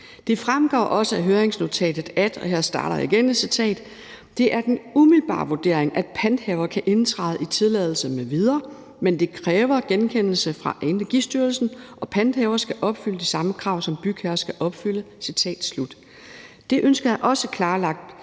Der fremgår også følgende af høringsnotatet, og her starter jeg igen på et citat: »Det er den umiddelbare vurdering, at panthaver kan indtræde i tilladelsen m.v., men det kræver godkendelse fra Energistyrelsen, og panthaver skal opfylde de samme krav, som bygherre skal opfylde«. Det ønsker jeg også klarlagt